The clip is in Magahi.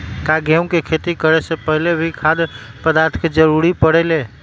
का गेहूं के खेती करे से पहले भी खाद्य पदार्थ के जरूरी परे ले?